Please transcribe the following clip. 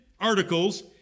articles